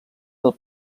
del